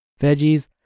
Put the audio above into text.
veggies